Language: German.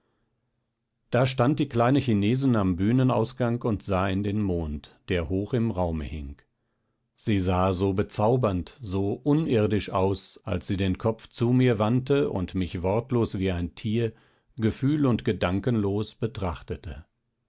da stand die kleine chinesin am bühnenausgang und sah in den mond der hoch im raume hing sie sah so bezaubernd so unirdisch aus als sie den kopf zu mir wandte und mich wortlos wie ein tier gefühl und gedankenlos betrachtete